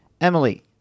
Emily